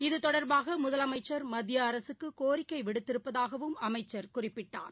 இது தொடர்பாகமுதலமைச்சர் மத்தியஅரசுக்குகோரிக்கைவிடுத்திருப்பதாகவும் அமைச்சர் குறிப்பிட்டார்